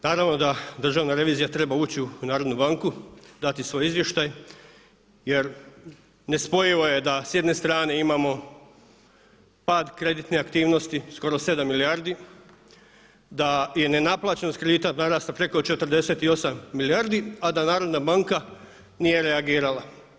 Naravno da Državna revizija treba ući u Narodnu banku, dati svoj izvještaj jer nespojivo je da s jedne strane imamo pad kreditne aktivnosti skoro 7 milijardi, da je nenaplaćenost kredita narasla preko 48 milijardi, a da Narodna banka nije reagirala.